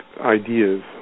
ideas